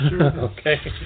Okay